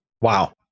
Wow